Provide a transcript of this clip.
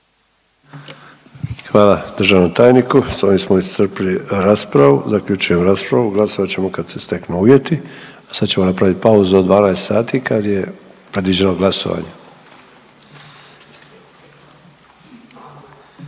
Hvala državnom tajniku, s ovim smo iscrpli raspravu, zaključujem raspravu, glasovat ćemo kad se steknu uvjeti, a sad ćemo napraviti pauzu do 12 sati kad je, kad iđemo glasovanje. STANKA